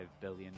billion